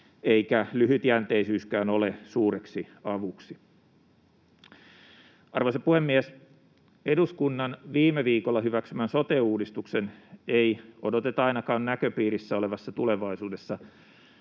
eikä lyhytjänteisyyskään ole suureksi avuksi. Arvoisa puhemies! Eduskunnan viime viikolla hyväksymän sote-uudistuksen ei odoteta ainakaan näköpiirissä olevassa tulevaisuudessa